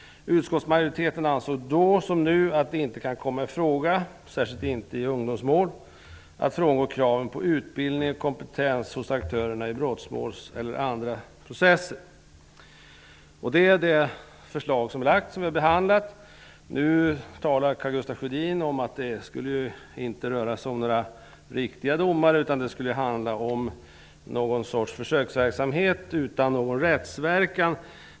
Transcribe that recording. Utskottsmajoriteten ansåg då, som nu, att det inte kan komma i fråga, särskilt inte i ungdomsmål, att frångå kravet på utbildning och kompetens hos aktörerna i brottmålsprocessen eller andra processer. Det är det förslag som har lagts fram och som har behandlats. Nu talar Karl Gustaf Sjödin om att det inte skulle röra sig om riktiga domare, utan om en försöksverksamhet utan någon rättsverkan.